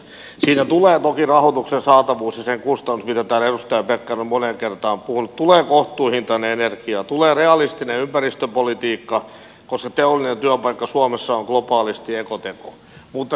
siinä tulee toki rahoituksen saatavuus ja sen kustannus mitä täällä edustaja pekkarinen on moneen kertaan puhunut tulee kohtuuhintainen energia tulee realistinen ympäristöpolitiikka koska teollinen työpaikka suomessa on globaalisti ekoteko mutta siinä tulevat myös yksikkötyökustannukset